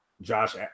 Josh